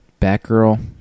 Batgirl